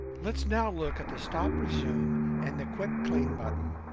let's now look at the stop resume and the quick clean button.